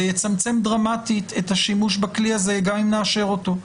זה יצמצם דרמטית את השימוש בכלי הזה גם אם נאשר אותו.